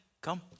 come